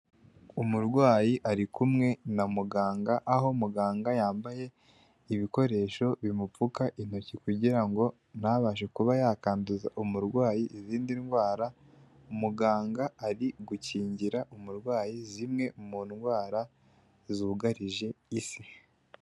Umurwayi ari kumwe na muganga aho muganga yambaye ibikoresho bimupfuka intoki kugirango ntabashe kuba yakanduza umurwayi izindi ndwara, umuganga ari gukingira umurwayi zimwe mu ndwara zugarije isi.